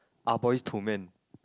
Ah-Boys-to-Men